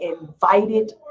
invited